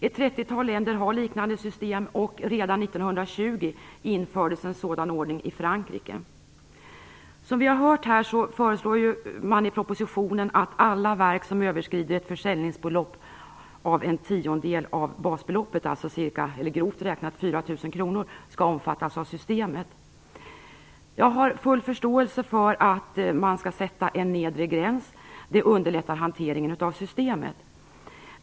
Ett trettiotal länder har liknande system, och redan 1920 infördes en sådan ordning i Frankrike. Som vi har hört här föreslår man i propositionen att alla verk som överskrider ett försäljningsbelopp av en tiondel av basbeloppet, alltså grovt räknat 4 000 kr, skall omfattas av systemet. Jag har full förståelse för att man skall sätta en nedre gräns. Det underlättar hanteringen av systemet.